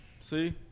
See